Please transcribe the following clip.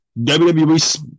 WWE